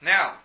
Now